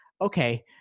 okay